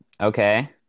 okay